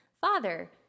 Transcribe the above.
Father